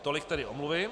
Tolik tedy omluvy.